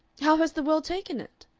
how has the world taken it?